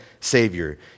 savior